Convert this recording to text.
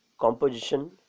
composition